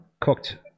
cooked